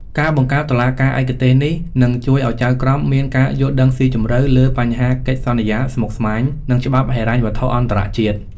ការបង្កើតតុលាការឯកទេសនេះនឹងជួយឱ្យចៅក្រមមានការយល់ដឹងស៊ីជម្រៅលើបញ្ហាកិច្ចសន្យាស្មុគស្មាញ និងច្បាប់ហិរញ្ញវត្ថុអន្តរជាតិ។